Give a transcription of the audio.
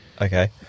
Okay